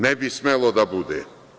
Ne bi smelo da bude.